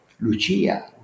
Lucia